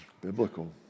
biblical